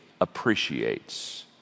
appreciates